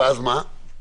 ואז מה?